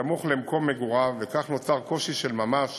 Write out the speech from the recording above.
סמוך למקום מגוריו, וכך נוצר קושי של ממש